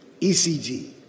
ECG